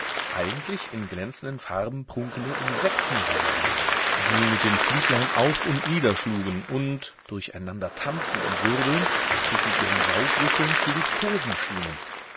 eigentlich in glänzenden farben prunkende insekten waren die mit den flüglein auf und nieder schlugen und durcheinander tanzend und wirbelnd sich mit ihren saugrüsseln zu liebkosen schienen